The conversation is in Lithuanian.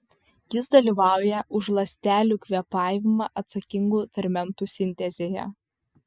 jis dalyvauja už ląstelių kvėpavimą atsakingų fermentų sintezėje